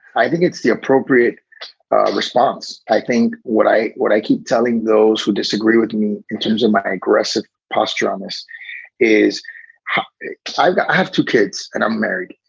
i think it's the appropriate response. i think what i what i keep telling those who disagree with me in terms of my aggressive posture on this is i've got i have two kids and i'm married.